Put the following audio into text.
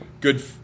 good